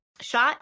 shot